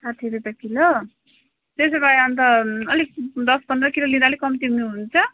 साठी रुपे किलो त्यसो भए अन्त अलिक दस पन्ध्र किलो लिँदा अलिक कम्ती उयो हुन्छ